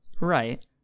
Right